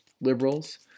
liberals